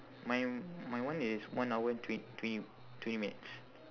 mine my one is one hour and twen~ twenty twenty minutes